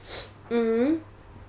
mmhmm